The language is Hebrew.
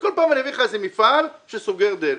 כל פעם אני אביא לך איזה מפעל שסוגר דלת.